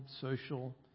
social